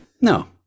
No